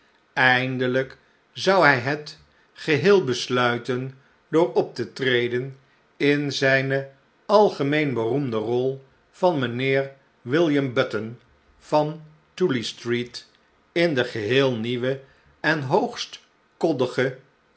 eindelijk zou hij het geheel besluiten door op te treden in zijne algemeen beroemde rol van miinheer william button van tooley streec in de geheel nieuwe en hoogst koddige